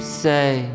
say